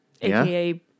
AKA